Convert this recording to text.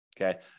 Okay